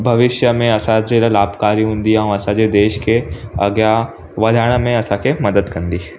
भविष्य में असांजे लाइ लाभकारी हूंदी आहे ऐं असांजे देश खे अॻियां वधाइण में असांखे मदद कंदी